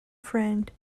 friend